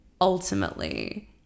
ultimately –